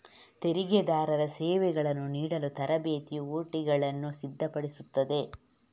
ತೆರಿಗೆದಾರರ ಸೇವೆಗಳನ್ನು ನೀಡಲು ತರಬೇತಿಯು ಒ.ಟಿಗಳನ್ನು ಸಿದ್ಧಪಡಿಸುತ್ತದೆ